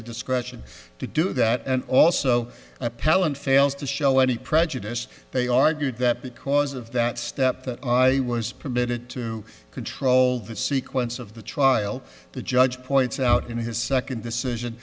discretion to do that and also appellant fails to show any prejudice they argued that because of that step that i was permitted to control the sequence of the trial the judge points out in his second decision